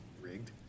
Rigged